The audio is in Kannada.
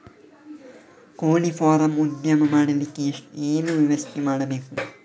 ಕೋಳಿ ಫಾರಂ ಉದ್ಯಮ ಮಾಡಲಿಕ್ಕೆ ಏನು ವ್ಯವಸ್ಥೆ ಮಾಡಬೇಕು?